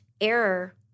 error